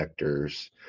vectors